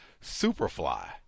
Superfly